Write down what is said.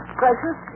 precious